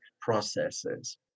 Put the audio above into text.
processes